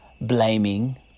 blaming